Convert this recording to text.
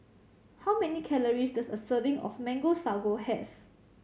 how many calories does a serving of Mango Sago have